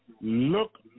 Look